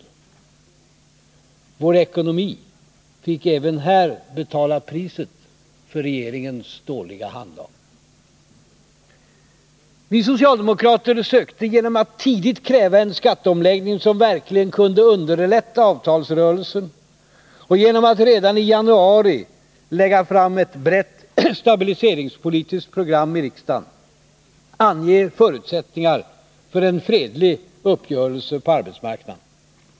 Vår ekonomi fick även här betala priset för regeringens dåliga handlag. Vi socialdemokrater sökte, genom att tidigt kräva en skatteomläggning som verkligen kunde underlätta avtalsrörelsen och genom att redan i januari lägga fram ett brett stabiliseringspolitiskt program i riksdagen, ange förutsättningarna för en fredlig uppgörelse på arbetsmarknaden.